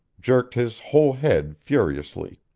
jerked his whole head furiously.